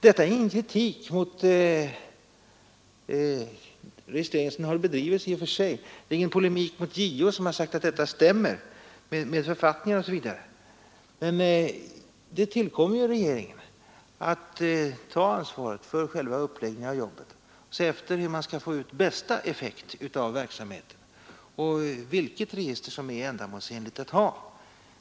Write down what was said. Detta är ingen kritik mot registreringen som den har bedrivits inom rikspolisstyrelsen i och för sig, det är ingen polemik mot JO som sagt att detta stämmer med författningarna osv. Men det tillkommer ju regeringen att ta ansvaret för själva uppläggningen av jobbet och se efter hur man skall få ut bästa effekt av verksamheten och vilket slags register som är ändamålsenligt att ha.